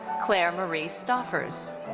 claire marie stoffers.